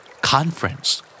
Conference